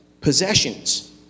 possessions